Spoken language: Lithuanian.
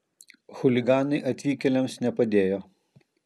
chuliganai atvykėliams nepadėjo